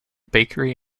bakery